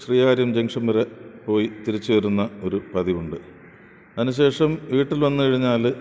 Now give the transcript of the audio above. Sreekaryam junction വരെ പോയി തിരിച്ച് വരുന്ന ഒരു പതിവുണ്ട് അതിന് ശേഷം വീട്ടിൽ വന്നു കഴിഞ്ഞാൽ